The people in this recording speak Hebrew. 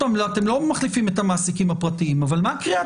אתם לא מחליפים את המעסיקים הפרטיים - מה קריאת